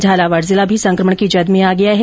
झालावाड जिला भी संकमण की जद में आ गया है